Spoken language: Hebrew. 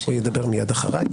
הוא ידבר מיד אחריי.